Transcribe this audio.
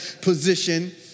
position